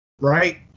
Right